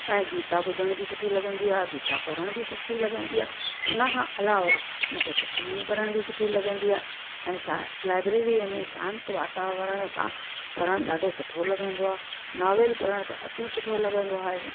ऐं गीता ॿुधण बी सुठी लॻंदी आहे गीता पढ़णु बि सुठी लॻंदी आहे उनखां अलावा मूंखे सुखमणी पढ़ण बि सुठी लॻंदी आहे ऐं छा आहे लाइब्ररीअ में शांति वातावरण सां पढ़णु ॾाढो सुठो लॻंदो आहे नावेल पढ़णु त अती सुठो लॻंदो आहे